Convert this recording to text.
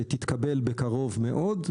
שתתקבל בקרוב מאוד,